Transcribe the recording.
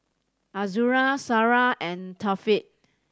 Azura Sarah and Taufik